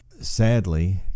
sadly